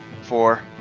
Four